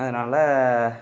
அதனால்